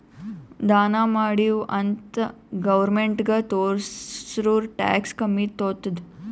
ದಾನಾ ಮಾಡಿವ್ ಅಂತ್ ಗೌರ್ಮೆಂಟ್ಗ ತೋರ್ಸುರ್ ಟ್ಯಾಕ್ಸ್ ಕಮ್ಮಿ ತೊತ್ತುದ್